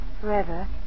forever